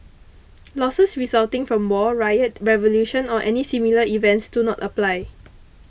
losses resulting from war riot revolution or any similar events do not apply